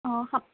অঁ